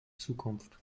zukunft